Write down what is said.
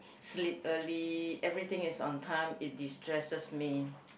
sleep early everything is on time it destresses me